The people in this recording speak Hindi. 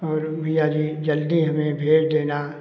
और भइया जी जल्दी हमें भेज देना